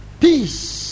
Peace